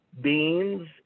beans